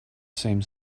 same